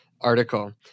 article